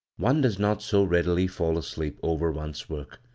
one does not so readily fall asleep over one's work.